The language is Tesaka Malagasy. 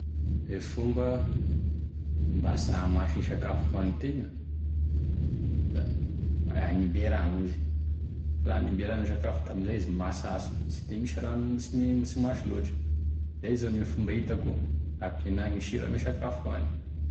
E fomba mba sy ahamasy e sakafo hoagnitegna da aniberano izy, raha aniberano e sakafo da amizay izy masaso sy da misy ranony sy m- sy masy loatry, izay zany e fomba hitako hampienagny e sira ame sakafo hoagny.